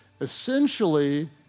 Essentially